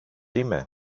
είμαι